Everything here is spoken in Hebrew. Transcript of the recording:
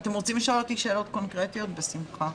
אם יש שאלות קונקרטיות אשמח לענות.